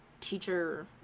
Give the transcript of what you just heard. teacher